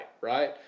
right